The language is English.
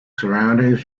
surroundings